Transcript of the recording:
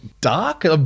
dark